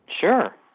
Sure